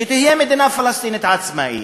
שתהיה מדינה פלסטינית עצמאית,